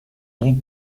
ton